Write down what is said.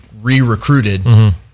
re-recruited